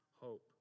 hope